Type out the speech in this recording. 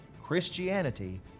Christianity